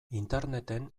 interneten